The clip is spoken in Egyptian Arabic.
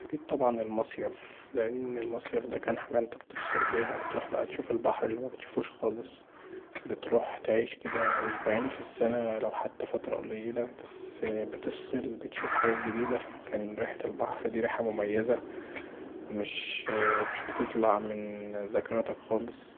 اكيد طبعا المصيف، لان المصيف دا كان حاجه بتفصل بيها، بتروح بقي تشوف البحر اللي مبتشوفوش خالص، بتروح تعيش كدا اسبوعين في السنه حتي لو فترة قليلة بس بتفصل، بتشوف خاجات جديده، كانت ريحة البحر دي ريحه مميزة مش بتطلع من ذاكرتك خالص،